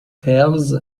tales